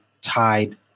tied